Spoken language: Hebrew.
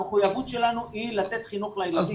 המחויבות שלנו היא לתת חינוך לילדים.